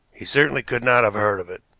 he certainly could not have heard of it.